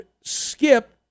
Skip